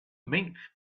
mink